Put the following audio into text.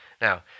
Now